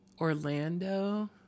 Orlando